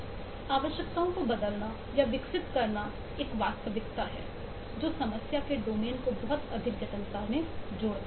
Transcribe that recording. इसलिए आवश्यकताओं को बदलना या विकसित करना एक वास्तविकता है जो समस्या के डोमेन को बहुत अधिक जटिलता में जोड़ता है